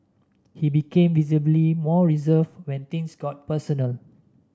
he became visibly more reserved when things got personal